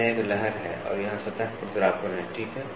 तो यह एक लहर है और यहाँ सतह खुरदरापन है ठीक है